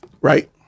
right